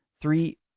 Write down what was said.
Three